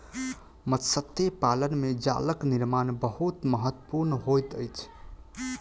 मत्स्य पालन में जालक निर्माण बहुत महत्वपूर्ण होइत अछि